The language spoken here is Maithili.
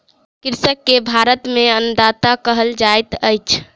कृषक के भारत में अन्नदाता कहल जाइत अछि